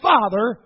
Father